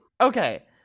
Okay